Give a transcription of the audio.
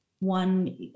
one